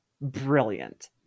brilliant